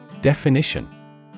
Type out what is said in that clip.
Definition